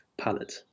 palette